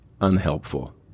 unhelpful